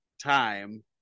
time